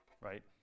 Right